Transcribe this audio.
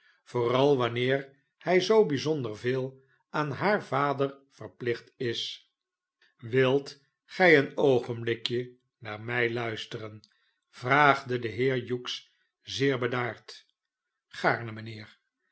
vooral wanneer hij zoo bijzonder veel aan haar vader verplicht is wilt gij een oogenblikje naar mij luisteren vraagde de heer hughes zeer bedaard gaarne mynheer